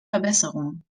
verbesserungen